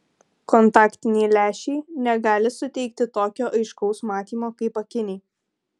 kontaktiniai lęšiai negali suteikti tokio aiškaus matymo kaip akiniai